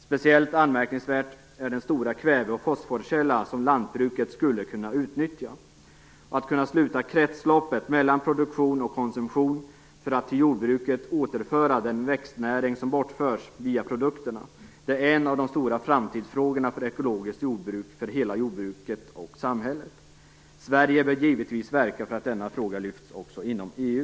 Speciellt anmärkningsvärd är den stora kväve och fosforkälla som lantbruket skulle kunna utnyttja. Att kunna sluta kretsloppet mellan produktion och konsumtion för att till jordbruket återföra den växtnäring som bortförts via produkterna är en av de stora framtidsfrågorna för hela jordbruket och samhället. Sverige bör givetvis verka för att denna fråga lyfts upp också inom EU.